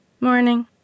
Morning